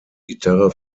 gitarre